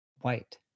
white